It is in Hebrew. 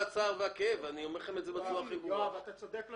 אתה צודק לחלוטין.